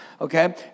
okay